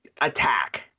attack